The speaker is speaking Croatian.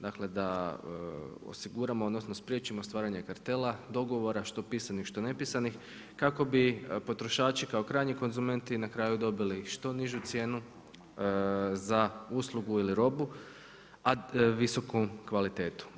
Dakle, da osiguramo odnosno spriječimo stvaranje kartela, dogovora, što pisanih što nepisanih kak obi potrošači kao krajnji konzumenti na kraju dobili što nižu cijenu za uslugu ili robu visokom kvalitetu.